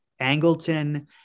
Angleton